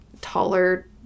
taller